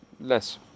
less